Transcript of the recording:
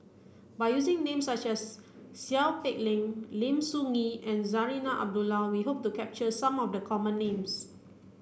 by using names such as Seow Peck Leng Lim Soo Ngee and Zarinah Abdullah we hope to capture some of the common names